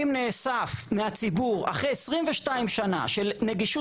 אם נאסף מהציבור אחרי 22 שנה של נגישות